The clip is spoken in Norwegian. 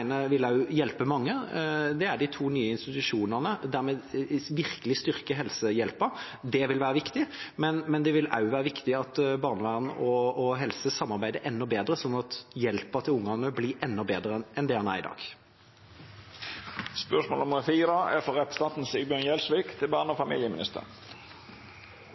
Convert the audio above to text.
vil hjelpe mange. Det er de to nye institusjonene der vi virkelig styrker helsehjelpen. Det vil være viktig. Men det vil også være viktig at barnevernet og helsesektoren samarbeider enda bedre, sånn at hjelpen til barna blir enda bedre enn det den er i dag. «I 2018 brukte det statlege barnevernet 650 millionar kroner på kjøp av einetiltak hos private aktørar. Bruken er